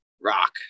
rock